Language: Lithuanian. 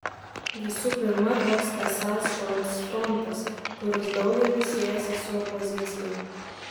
visų pirma toks esąs žodis frontas kuris daugeliui siejasi su opozicija